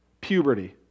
puberty